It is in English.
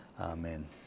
Amen